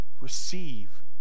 Receive